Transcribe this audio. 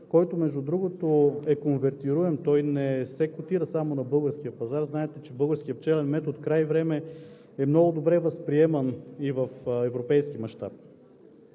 който, между другото, е конвертируем, той не се котира само на българския пазар. Знаете, че българският пчелен мед открай време е много добре възприеман и в европейски мащаб.